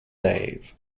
dave